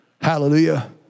hallelujah